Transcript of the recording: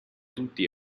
tutti